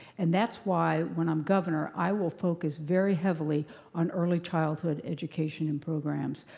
and that's why when i'm governor, i will focus very heavily on early childhood education and programs.